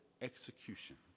execution